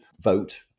vote